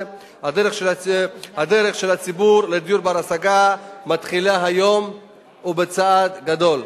הדרך של הציבור לדיור בר-השגה מתחילה היום ובצעד גדול.